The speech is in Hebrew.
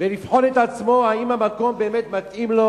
ולבחון את עצמו אם המקום באמת מתאים לו,